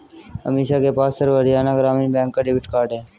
अमीषा के पास सर्व हरियाणा ग्रामीण बैंक का डेबिट कार्ड है